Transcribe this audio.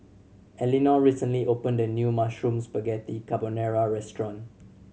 Elinor recently opened a new Mushroom Spaghetti Carbonara Restaurant